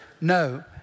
no